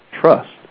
trust